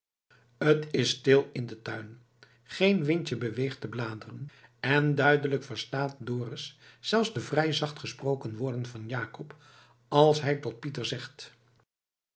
t is stil in den tuin geen windje beweegt de bladeren en duidelijk verstaat dorus zelfs de vrij zacht gesproken woorden van jacob als hij tot pieter zegt